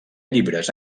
llibres